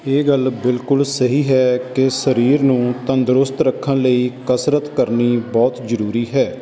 ਇਹ ਗੱਲ ਬਿਲਕੁਲ ਸਹੀ ਹੈ ਕਿ ਸਰੀਰ ਨੂੰ ਤੰਦਰੁਸਤ ਰੱਖਣ ਲਈ ਕਸਰਤ ਕਰਨੀ ਬਹੁਤ ਜ਼ਰੂਰੀ ਹੈ